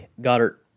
Goddard